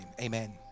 amen